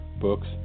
books